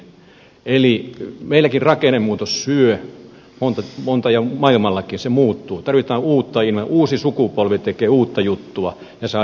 eli meilläkin rakennemuutos syö monta ja maailmallakin se muuttuu tarvitaan uusi sukupolvi tekemään uutta juttua ja saadaan eteenpäin